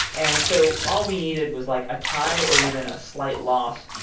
and so all we needed was, like, a tie or even a slight loss,